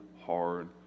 hard